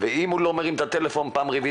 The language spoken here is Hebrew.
ואם הוא לא מרים את הטלפון בפעם הרביעית